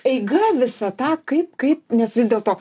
eiga visą tą kaip kaip nes vis dėl to